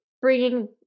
bringing